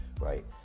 right